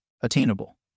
attainable